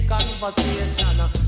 conversation